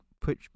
put